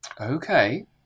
Okay